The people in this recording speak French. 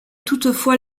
toutefois